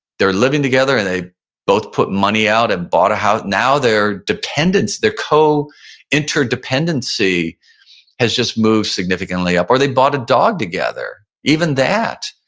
they're living together and they both put money out and bought a house, now their dependence, their co-interdependency has just moved significantly up or they bought a dog together. even that.